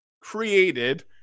created